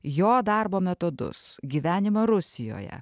jo darbo metodus gyvenimą rusijoje